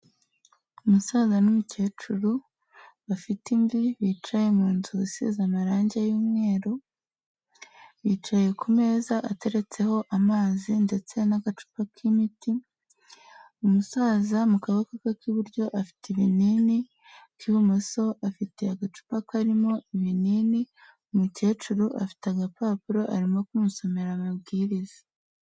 Umusaza n'umukecuru bafite imvi bicaye mu nzu isize amarange y'umweru, bicaye ku meza ateretseho amazi ndetse n'agacupa k'imiti. Umusaza mu kaboko ke k'iburyo afite ibinini, ak'ibumoso afite agacupa karimo ibinini. Umukecuru afite agapapuro arimo kumusomera amabwiriza.